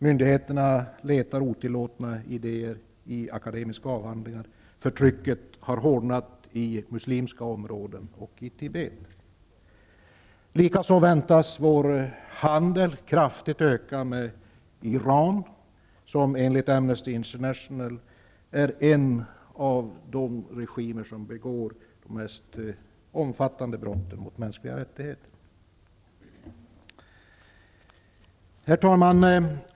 Myndigheterna letar efter otillåtna idéer i akademiska avhandlingar. Förtrycket har hårdnat i muslimska områden och i Tibet. Likaså väntas vår handel med Iran kraftigt öka. Regimen i Iran är enligt Amnesty International en av de regimer som begår de mest omfattande brotten mot mänskliga rättigheter. Herr talman!